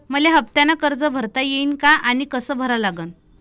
मले हफ्त्यानं कर्ज भरता येईन का आनी कस भरा लागन?